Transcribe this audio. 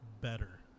better